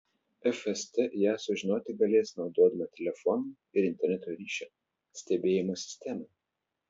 fst ją sužinoti galės naudodama telefonų ir interneto ryšio stebėjimo sistemą